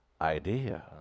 idea